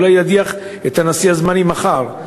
אולי ידיח את הנשיא הזמני מחר.